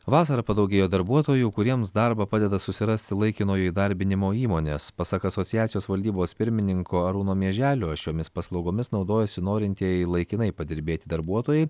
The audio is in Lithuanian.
vasarą padaugėjo darbuotojų kuriems darbą padeda susirasti laikinojo įdarbinimo įmonės pasak asociacijos valdybos pirmininko arūno mieželio šiomis paslaugomis naudojasi norintieji laikinai padirbėti darbuotojai